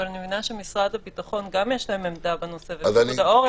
ואני מאמינה שמשרד הביטחון גם יש להם עמדה בנושא ופיקוד העורף.